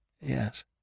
yes